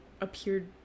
appeared